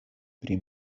pri